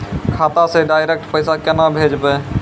खाता से डायरेक्ट पैसा केना भेजबै?